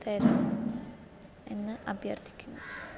തരണം എന്ന് അഭ്യര്ത്ഥിക്കുന്നു